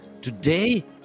today